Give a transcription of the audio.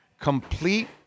Complete